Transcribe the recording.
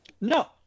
No